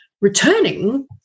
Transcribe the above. returning